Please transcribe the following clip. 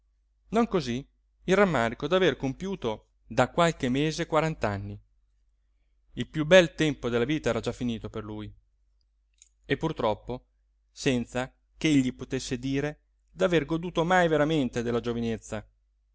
non cosí il rammarico d'aver compiuto da qualche mese quarant'anni il piú bel tempo della vita era già finito per lui e purtroppo senza ch'egli potesse dire d'aver goduto mai veramente della giovinezza